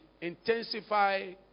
intensify